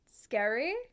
scary